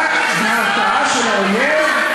רק בהרתעה של האויב.